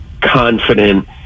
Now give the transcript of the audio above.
confident